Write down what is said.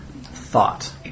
thought